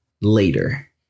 later